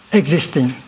existing